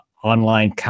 online